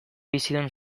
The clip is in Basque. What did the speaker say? bizidun